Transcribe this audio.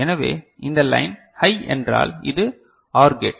எனவே இந்த line high என்றால் இது OR கேட்